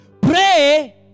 pray